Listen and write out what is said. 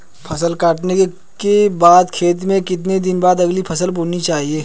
फसल काटने के बाद खेत में कितने दिन बाद अगली फसल बोनी चाहिये?